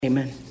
Amen